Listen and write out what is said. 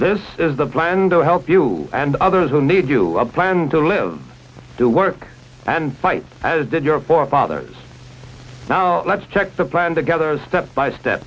this is the blando help you and others will need you plan to live to work and fight as did your forefathers now let's check the plan together step by step